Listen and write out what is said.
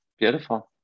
Beautiful